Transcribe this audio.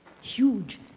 huge